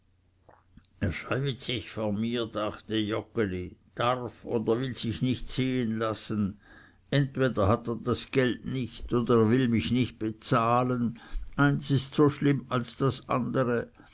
scheuet sich vor mir dachte joggeli darf oder will sich nicht sehen lassen entweder hat er das geld nicht oder er will mich nicht bezahlen eins ist so schlimm als das andere